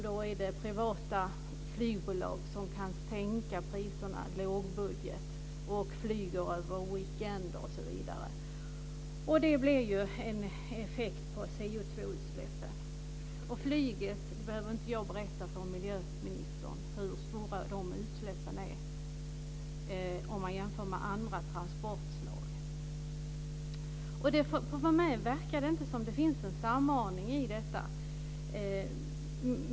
Det är då privata flygbolag som kan sänka priserna, lågbudget, och ha veckoslutsresor osv. Det blir ju en effekt på koldioxidutsläppen. Och jag behöver inte berätta för miljöministern hur stora dessa utsläpp är om man jämför med andra transportslag. För mig verkar det inte som om det finns någon samordning i detta.